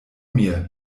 mir